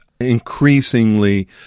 Increasingly